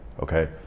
okay